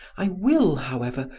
i will, however,